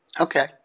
Okay